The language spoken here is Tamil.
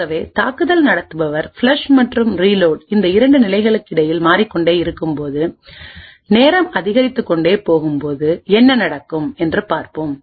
ஆகவே தாக்குதல் நடத்துபவர் ஃப்ளஷ் மற்றும் ரீலோட் இந்த இரண்டு நிலைகளுக்கு இடையில் மாறிக்கொண்டே இருக்கும்போது நேரம் அதிகரித்துக் கொண்டே போகும் போது என்ன நடக்கும் என்று பார்ப்போம்